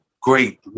great